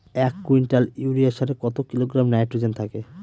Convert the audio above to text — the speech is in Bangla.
এক কুইন্টাল ইউরিয়া সারে কত কিলোগ্রাম নাইট্রোজেন থাকে?